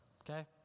Okay